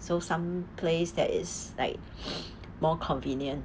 so some place that is like more convenient